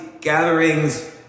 gatherings